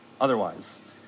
otherwise